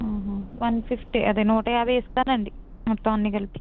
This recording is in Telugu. వన్ ఫిఫ్టీ అదే నూట యాభై ఇస్తాను అండి మొత్తం అన్నీ కలిపి